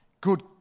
good